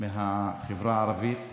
מהחברה הערבית,